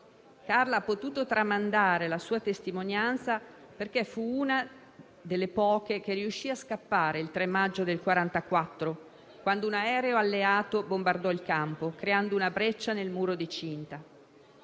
Carla ha potuto tramandare la sua testimonianza perché fu una delle poche che riuscì a scappare il 3 maggio del 1944, quando un aereo alleato bombardò il campo creando una breccia nel muro di cinta.